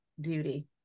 duty